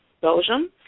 Belgium